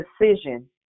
decision